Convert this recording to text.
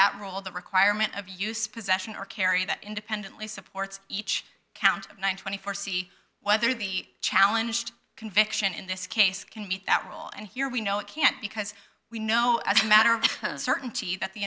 that rule the requirement of use possession or carry that independently supports each count of one hundred and twenty four see whether the challenge to conviction in this case can meet that rule and here we know it can't because we know as a matter of certainty that the